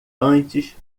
antes